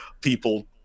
people